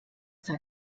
sei